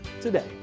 today